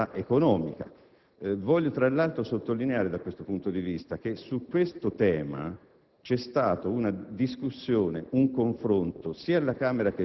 del riferimento anche agli indicatori di normalità economica. Voglio, tra l'altro, sottolineare, da questo punto di vista, che su questo tema